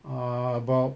err about